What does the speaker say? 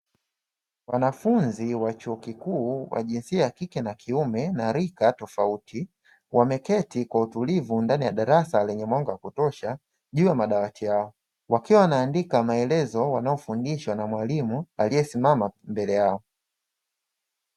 Wanafunzi wa chuo kikuu wa jinsia ya kike na kiume na rika tofauti wameketi kwa utulivu ndani ya darasa, lenye mwanga wa kutosha juu ya madawati yao wakiwa wanaandika maelezo wanayofundishwa na mwalimu aliyesimama mbele yao.